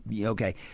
okay